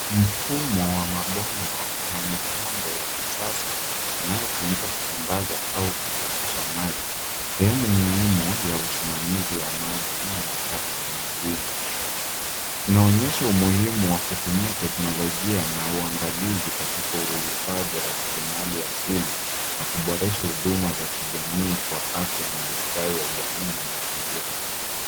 Mfumo wa mapomba na mtambo ya kisasa inayotumiwa kusambasa au kusafisha maji, sehemu muhimu ya usimamizi wa maji na taka mjini inaonyesha muhimu wa kutumia teknolojia na uangalifu katika uhifadhi rasilimali asili na kuporesha huduma za kijamii kwa afya na ustawi wa jamii na mazingira .